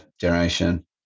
generation